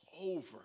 over